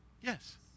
Yes